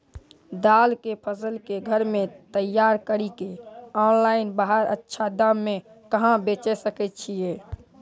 दाल के फसल के घर मे तैयार कड़ी के ऑनलाइन बाहर अच्छा दाम मे कहाँ बेचे सकय छियै?